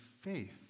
faith